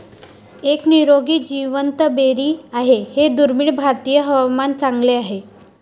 एक निरोगी जिवंत बेरी आहे हे दुर्मिळ भारतीय हवामान चांगले आहे